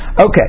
Okay